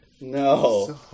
No